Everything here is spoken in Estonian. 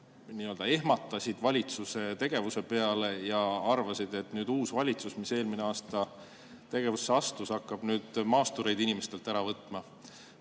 ehmatasid valitsuse tegevuse peale ja arvasid, et uus valitsus, mis eelmisel aastal tegevusse astus, hakkab maastureid inimestelt ära võtma.